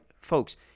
folks